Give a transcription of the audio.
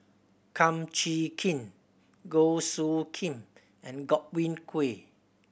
Kum Chee Kin Goh Soo Khim and Godwin Koay